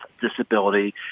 disability